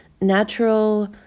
natural